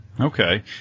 Okay